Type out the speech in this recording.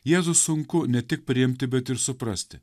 jėzų sunku ne tik priimti bet ir suprasti